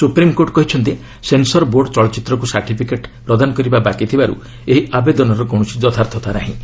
supreme court କହିଛନ୍ତି censor board ଚଳଚ୍ଚିତ୍ରକୁ certificate ପ୍ରଦାନ କରିବା ବାକି ଥିବାରୁ ଏହି ଆବେଦନର କକବିଶସି ଯଥାର୍ଥତା ନାହିଁ